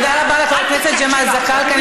תודה רבה לחבר הכנסת ג'מאל זחאלקה.